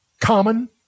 Common